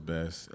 Best